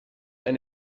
ein